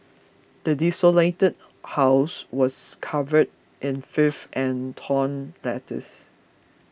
the desolated house was covered in filth and torn letters